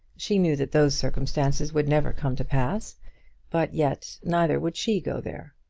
she knew that those circumstances would never come to pass but yet neither would she go there.